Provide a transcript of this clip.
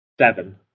Seven